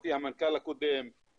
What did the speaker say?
המנכ"ל הקודם של המשרד לשוויון חברתי,